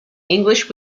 english